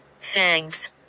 Thanks